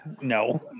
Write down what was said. No